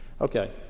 Okay